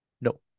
No